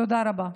תודה רבה.